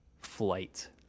flight